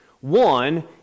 One